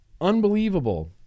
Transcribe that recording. Unbelievable